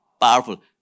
powerful